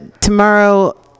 tomorrow